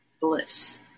Bliss